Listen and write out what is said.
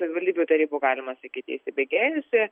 savivaldybių tarybų galima sakyti įsibėgėjusi